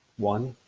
one,